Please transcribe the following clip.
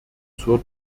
zur